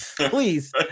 please